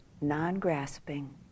non-grasping